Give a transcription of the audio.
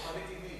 כוחנית של